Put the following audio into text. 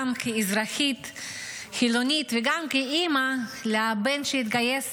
גם כאזרחית חילונית וגם כאימא לבן שהתגייס